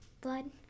blood